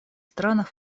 странах